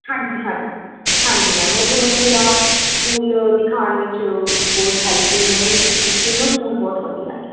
ਹਾਂਜੀ ਹੰ ਹਾਂਜੀ ਮੈਮ ਉਹ ਤੁਹਾਨੂੰ ਪੂਰਾ ਸਕੂਲ ਦਿਖਾਉਣ ਵਿੱਚ ਬਹੁਤ ਹੈਲਪਫੁਲ ਨੇ ਤ ਤਿੰਨੋਂ ਸਕੂਲ ਬਹੁਤ ਵਧੀਆ ਨੇ